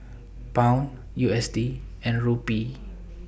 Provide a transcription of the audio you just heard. Pound U S D and Rupee